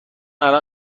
الان